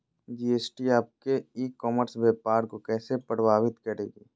GST आपके e commerce व्यापार को कैसे प्रभावित करेगी?